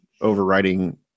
overriding